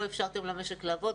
לא אפשרתם למשק לעבוד.